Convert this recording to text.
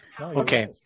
Okay